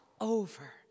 over